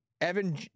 evan